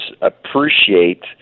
appreciate